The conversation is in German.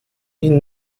ihnen